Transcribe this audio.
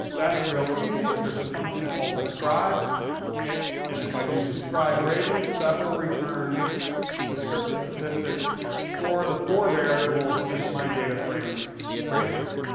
that's real easy, there's a function called describe and if i do describe ratings, that will return descriptive statistics for the four variables in my data frame ratings.